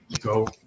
go